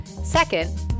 Second